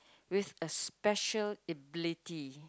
with a special ability